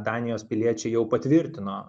danijos piliečiai jau patvirtino